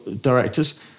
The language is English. directors